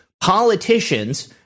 politicians